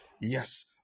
Yes